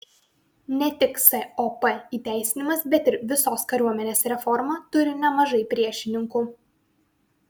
ne tik sop įteisinimas bet ir visos kariuomenės reforma turi nemažai priešininkų